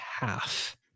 half